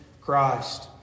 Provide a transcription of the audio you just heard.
Christ